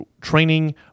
training